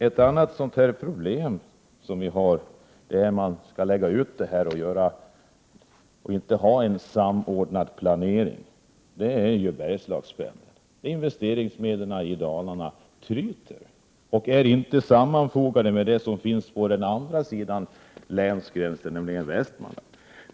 Ett annat exempel på problem som uppstår när man inte har en samordnad planering är Bergslagspendeln. Investeringsmedlen tryter i Dalarna. Det sker ingen samordning med Västmanland, som finns på andra sidan länsgränsen.